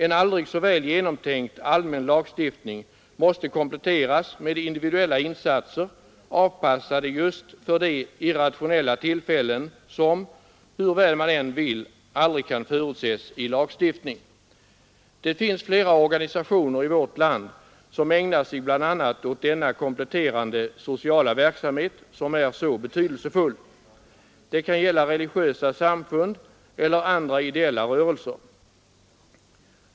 — En aldrig så väl genomtänkt allmän lagstiftning måste kompletteras med individuella insatser avpassade just för de irrationella tillfällen som — hur väl man än vill — aldrig kan förutses i lagstiftning. Det finns flera organisationer i vårt land som ägnar sig bl.a. åt denna kompletterande sociala verksamhet som är så betydelsefull. Det kan gälla religiösa samfund eller andra ideella rörelser.